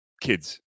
kids